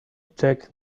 check